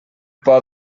por